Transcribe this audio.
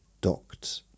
docked